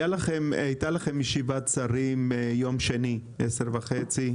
הייתה לכם ישיבת שרים ביום שני בעשר וחצי,